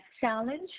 Challenge